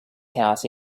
house